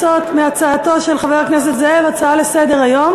הצעתו של חבר הכנסת זאב, הצעה-לסדר-היום.